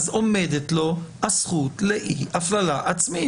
עומדת לו הזכות לאי הפללה עצמית.